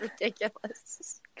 ridiculous